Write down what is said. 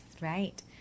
right